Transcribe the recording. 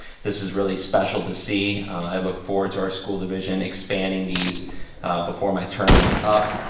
this is really special to see. i look forward to our school division expanding these before my term is up.